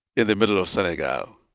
in the middle of senegal.